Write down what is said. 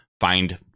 find